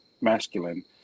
masculine